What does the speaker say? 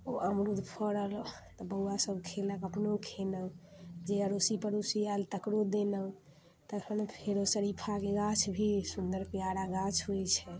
ओ अमरुद फड़ल तऽ बौआ सब खयलक अपनो खेलहुँ जे अड़ोसी पड़ोसी आएल तकरो देलहुँ तखन फेरो शरीफाके गाछ भी सुन्दर प्यारा गाछ होयत छै